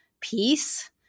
peace